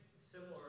similar